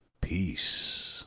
peace